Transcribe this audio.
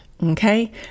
Okay